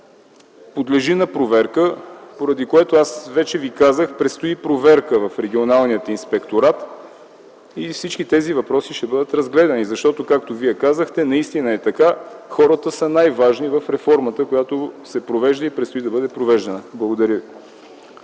подлежи на проверка, поради което аз вече Ви казах, че предстои проверка в Регионалния инспекторат и всички тези въпроси ще бъдат разгледани. Защото, както Вие казахте, наистина е така – хората са най-важни в реформата, която се провежда и предстои да бъде провеждана. Благодаря ви.